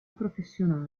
professionale